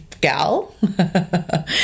gal